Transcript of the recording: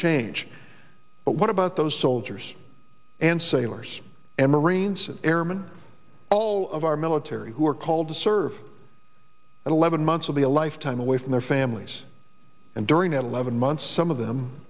change but what about those soldiers and sailors and marines and airman all of our military who are called to serve eleven months will be a lifetime away from their families and during eleven months some of them